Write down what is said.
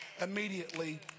immediately